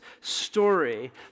story